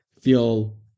feel